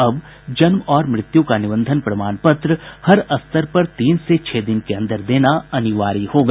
अब जन्म और मृत्यु का निबंधन प्रमाण पत्र हर स्तर पर तीन से छह दिन के अन्दर देना अनिवार्य होगा